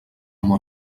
mor